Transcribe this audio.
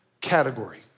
category